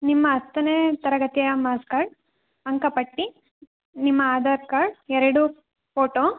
ನಿಮ್ಮ ಹತ್ತನೇ ತರಗತಿಯ ಮಾರ್ಕ್ಸ್ ಕಾರ್ಡ್ ಅಂಕಪಟ್ಟಿ ನಿಮ್ಮ ಆಧಾರ್ ಕಾರ್ಡ್ ಎರಡು ಫೋಟೋ